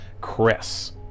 Chris